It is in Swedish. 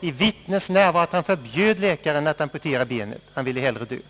i vittnes närvaro förbjuda operatören att amputera benet — han ville hellre dö.